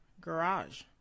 garage